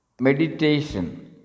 Meditation